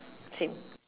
same